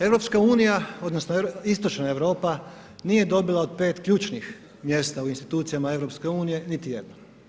EU, odnosno istočna Europa nije dobila od 5 ključnih mjesta u institucijama EU niti jedno.